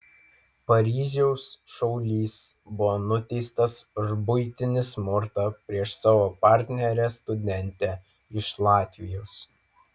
paryžiaus šaulys buvo nuteistas už buitinį smurtą prieš savo partnerę studentę iš latvijos